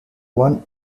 one